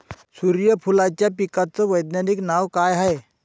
सुर्यफूलाच्या पिकाचं वैज्ञानिक नाव काय हाये?